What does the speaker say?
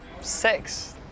Six